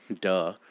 duh